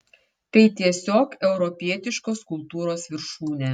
tai tiesiog europietiškos kultūros viršūnė